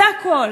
זה הכול.